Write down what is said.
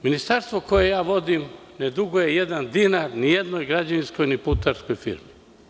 Ministarstvo koje vodim ne duguje nijedan dinar nijednoj građevinarskoj niti putarskoj firmi.